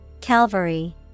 Calvary